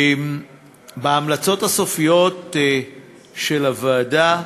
בהמלצות הסופיות של הוועדה,